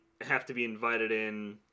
have-to-be-invited-in